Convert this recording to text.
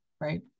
right